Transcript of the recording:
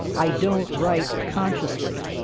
i don't write consciously,